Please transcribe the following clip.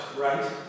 right